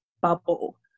bubble